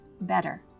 better